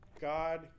god